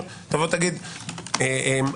אגב,